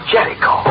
Jericho